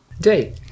Day